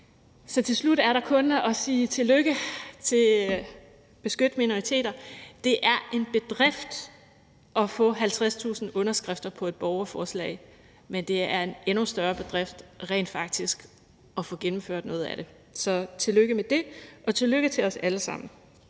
Så til slut er der kun at sige tillykke til »Beskyt minoriteter«. Det er en bedrift at få 50.000 underskrifter på et borgerforslag, men det er en endnu større bedrift rent faktisk at få gennemført noget af det. Så tillykke med det og tillykke til os alle sammen,